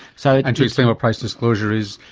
so and to explain what price disclosure is,